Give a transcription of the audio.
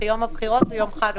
הבחירות.